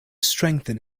strengthen